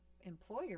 employer